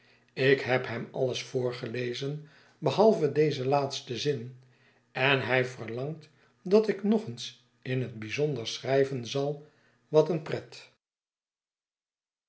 ik heb hem alles voorgelezen behalve dezen laatsten zin en hij verlangt dat ik nog eens in het bijzonder schrijven zal wat een pret